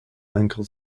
ankle